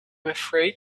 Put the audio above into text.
afraid